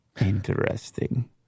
Interesting